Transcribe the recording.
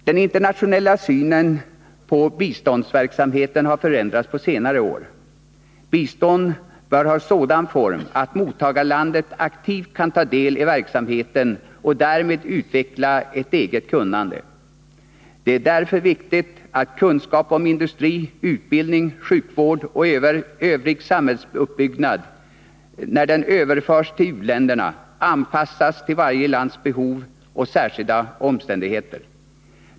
Den internationella synen på biståndsverksamheten har förändrats under senare år. Bistånd bör ha sådan form att mottagarlandet aktivt kan ta del i verksamheten och därmed utveckla ett eget kunnande. Det är därför viktigt att kunskap om industri, utbildning, sjukvård och samhällsuppbyggande i övrigt, när den överförs till u-länder, anpassas till varje lands behov och särskilda förhållanden.